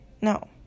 no